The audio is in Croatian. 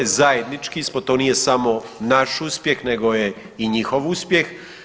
Zajednički smo, to nije samo naš uspjeh nego je i njihov uspjeh.